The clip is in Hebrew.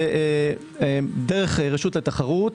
דרך רשות התחרות,